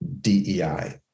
dei